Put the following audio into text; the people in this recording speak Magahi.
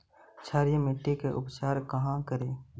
क्षारीय मिट्टी के उपचार कहा करी?